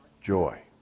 Joy